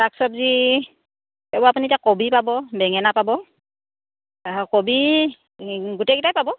শাক চবজি এইবোৰ আপুনি এতিয়া কবি পাব বেঙেনা পাব কবি গোটেইকেইটাই পাব